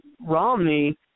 Romney